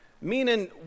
Meaning